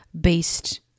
based